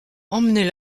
emmenez